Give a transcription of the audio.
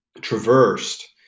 traversed